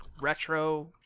retro